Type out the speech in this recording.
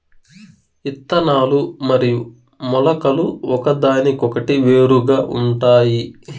ఇత్తనాలు మరియు మొలకలు ఒకదానికొకటి వేరుగా ఉంటాయి